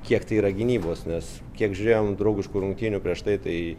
kiek tai yra gynybos nes kiek žiūrėjom draugiškų rungtynių prieš tai tai